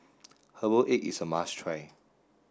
herbal egg is a must try